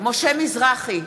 משה מזרחי,